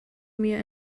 mir